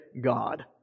God